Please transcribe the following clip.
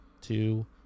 two